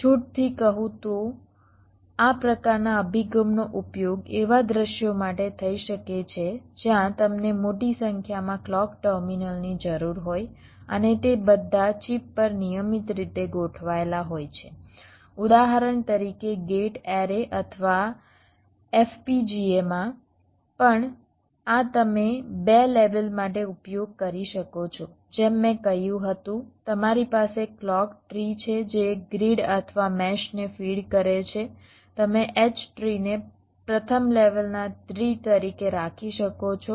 છૂટથી કહું તો આ પ્રકારના અભિગમનો ઉપયોગ એવા દૃશ્યો માટે થઈ શકે છે જ્યાં તમને મોટી સંખ્યામાં ક્લૉક ટર્મિનલની જરૂર હોય અને તે બધા ચિપ પર નિયમિત રીતે ગોઠવાયેલા હોય છે ઉદાહરણ તરીકે ગેટ એરે અથવા FPGA માં પણ આ તમે 2 લેવલ માટે ઉપયોગ કરી શકો છો જેમ મેં કહ્યું હતું તમારી પાસે ક્લૉક ટ્રી છે જે ગ્રીડ અથવા મેશને ફીડ કરે છે તમે H ટ્રીને પ્રથમ લેવલના ટ્રી તરીકે રાખી શકો છો